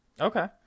Okay